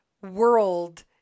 world